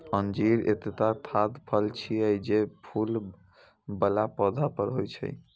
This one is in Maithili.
अंजीर एकटा खाद्य फल छियै, जे फूल बला पौधा पर होइ छै